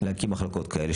להקים מחלקות כאלה,